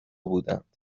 بودند